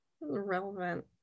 relevant